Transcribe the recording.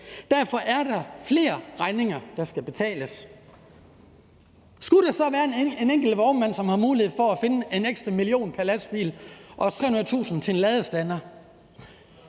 Derfor er der flere regninger, der skal betales. Skulle der så være en enkelt vognmand eller to, som har mulighed for at finde en ekstra million til en lastbil og 300.000 kr. til en ladestander,